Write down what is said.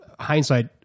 hindsight